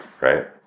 Right